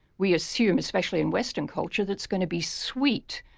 we assume, especially in western culture, that it's going to be sweet.